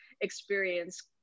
experience